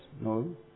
no